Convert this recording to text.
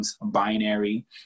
binary